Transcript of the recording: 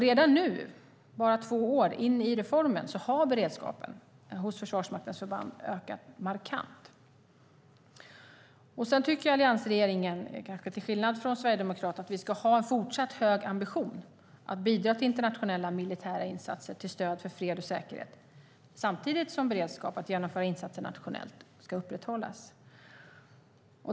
Redan nu, bara två år in i reformen, har beredskapen hos Försvarsmaktens förband ökat markant. Sedan tycker alliansregeringen, kanske till skillnad mot Sverigedemokraterna, att vi ska ha en fortsatt hög ambition att bidra till internationella militära insatser till stöd för fred och säkerhet samtidigt som beredskap att genomföra insatser nationellt ska upprätthållas.